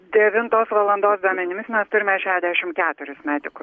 devintos valandos duomenimis mes turime šešiasdešimt keturis medikus